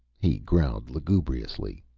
he growled lugubriously.